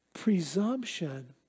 presumption